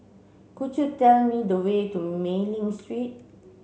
could you tell me the way to Mei Ling Street